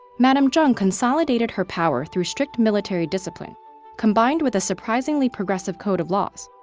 madame zheng consolidated her power through strict military discipline combined with a surprisingly progressive code of laws.